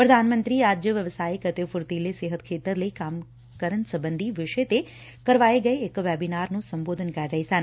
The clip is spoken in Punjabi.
ਪ੍ਰਧਾਨ ਮੰਤਰੀ ਅੱਜ ਵਿਵਸਾਇਕ ਅਤੇ ਫੁਰਤੀਲੇ ਸਿਹਤ ਖੇਤਰ ਲਈ ਕੰਮ ਕਰਨ ਸਬੰਧੀ ਵਿਸ਼ੇ ਤੇ ਕਰਵਾਏ ਗਏ ਇਕ ਵੈਬੀਨਾਰ ਨੂੰ ਸੰਬੋਧਨ ਕਰ ਰਹੇ ਸਨ